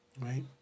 Right